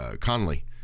Conley